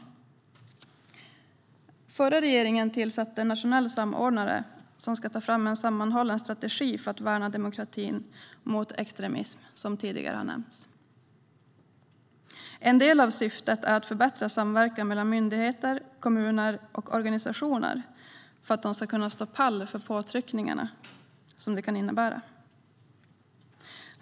Den förra regeringen tillsatte en nationell samordnare som ska ta fram en sammanhållen strategi för att värna demokratin mot extremism, som tidigare nämnts. En del av syftet är att förbättra samverkan mellan myndigheter, kommuner och organisationer för att de ska kunna stå pall för påtryckningarna.